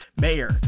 Mayor